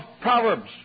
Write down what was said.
Proverbs